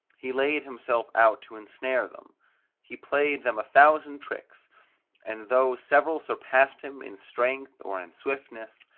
he laid himself out to ensnare them he played them a thousand tricks and though several surpassed him in strength or in swiftness,